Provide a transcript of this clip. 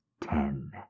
ten